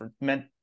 meant